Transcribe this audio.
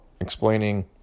Explaining